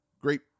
great